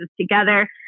together